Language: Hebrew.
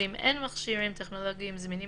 ואם אין מכשירים טכנולוגיים זמינים